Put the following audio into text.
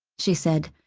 she said,